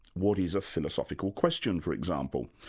what is a philosophical question for example?